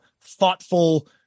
thoughtful